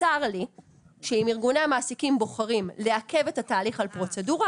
צר לי שאם ארגוני המעסיקים בוחרים לעכב את התהליך על פרוצדורה,